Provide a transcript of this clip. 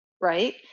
right